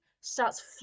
starts